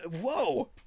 whoa